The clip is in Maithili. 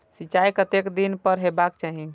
सिंचाई कतेक दिन पर हेबाक चाही?